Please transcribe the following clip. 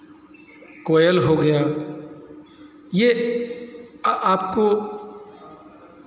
कोयल हो गया ये आपको